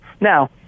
Now